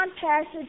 passage